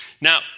Now